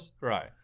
Right